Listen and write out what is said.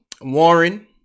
Warren